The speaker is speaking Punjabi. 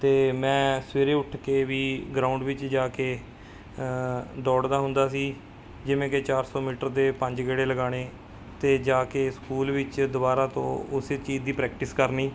ਅਤੇ ਮੈਂ ਸਵੇਰੇ ਉੱਠ ਕੇ ਵੀ ਗਰਾਊਡ ਵਿੱਚ ਜਾ ਕੇ ਦੌੜਦਾ ਹੁੰਦਾ ਸੀ ਜਿਵੇਂ ਕਿ ਚਾਰ ਸੌ ਮੀਟਰ ਦੇ ਪੰਜ ਗੇੜੇ ਲਗਾਉਣੇ ਅਤੇ ਜਾ ਕੇ ਸਕੂਲ ਵਿੱਚ ਦੁਬਾਰਾ ਤੋਂ ਉਸੇ ਚੀਜ਼ ਦੀ ਪ੍ਰੈਕਟਿਸ ਕਰਨੀ